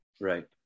right